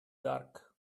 dark